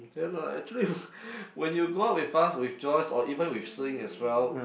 eh no actually when you go out with us with Joyce or even with si ying as well